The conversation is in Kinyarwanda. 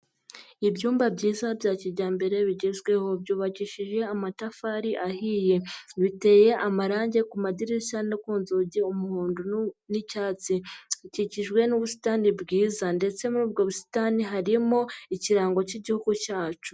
Ibyumba byiza bya kijyambere bigezweho. Byubakishije amatafari ahiye. Biteye amarangi ku madirishya no ku nzugi umuhondo n'icyatsi, bikikijwe n'ubusitani bwiza ndetse muri ubwo busitani harimo ikirango cy'igihugu cyacu.